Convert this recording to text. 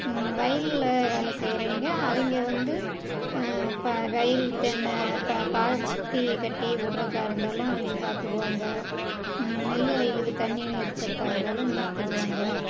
வயலில் வேலை செய்கிறவிங்க அவங்க வந்து இப்போ வயல் தென்னை இப்போ பாத்திக்கட்டி விட்றதா இருந்தாலும் அவங்க பார்த்துக்குவாங்க நெல் வயலுக்கு தண்ணி நிறுத்துகிறதா இருந்தாலும் நிறுத்திக்குவாங்க